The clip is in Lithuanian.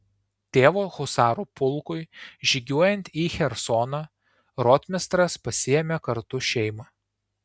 tėvo husarų pulkui žygiuojant į chersoną rotmistras pasiėmė kartu šeimą